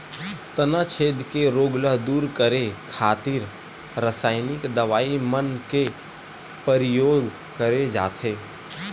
तनाछेद के रोग ल दूर करे खातिर रसाइनिक दवई मन के परियोग करे जाथे